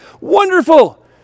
Wonderful